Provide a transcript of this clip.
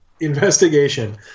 investigation